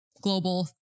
global